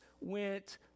went